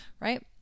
right